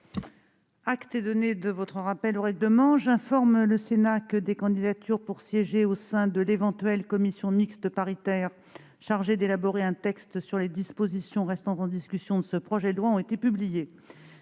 vous est donné de votre rappel au règlement, mon cher collègue. J'informe le Sénat que des candidatures pour siéger au sein de l'éventuelle commission mixte paritaire chargée d'élaborer un texte sur les dispositions restant en discussion de ce projet de loi ont été publiées.